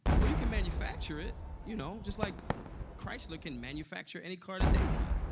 well, you can manufacture it. you know, just like chrysler can manufacture any car that they want.